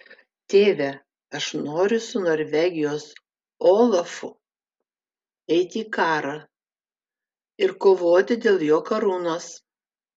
tėve aš noriu su norvegijos olafu eiti į karą ir kovoti dėl jo karūnos